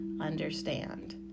understand